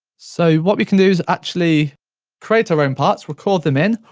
so, what we can do is actually create our own parts, record them in,